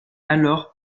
alors